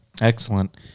Excellent